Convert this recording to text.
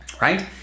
right